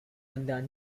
வந்த